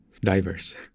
Diverse